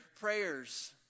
prayers